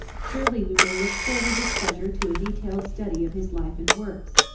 surely we may look forward with pleasure to a detailed study of his life and works.